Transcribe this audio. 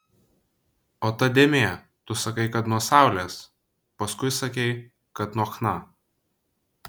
o ta dėmė tu sakai kad nuo saulės paskui sakei kad nuo chna